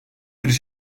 bir